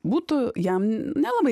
būtų jam nelabai